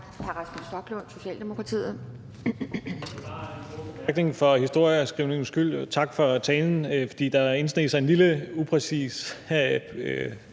Hr. Rasmus Stoklund, Socialdemokratiet.